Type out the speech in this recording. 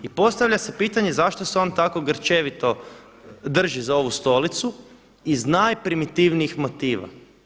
I postavlja se pitanje zašto se on tako grčevito drži za ovu stolicu iz najprimitivnijih motiva.